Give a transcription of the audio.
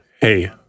hey